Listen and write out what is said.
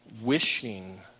wishing